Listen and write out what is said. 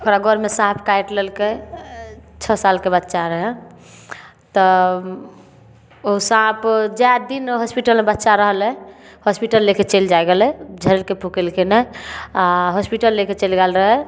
ओकरा गोरमे साँप काटि लेलकै छओ सालके बच्चा रहै तऽ ओ साँप जाहि दिन होस्पिटलमे बच्चा रहलै होस्पिटल लेके चलि जाइ गेलै झड़ेलकै फूँकेलकै नहि आ होस्पिटल लेके चल गेल रहै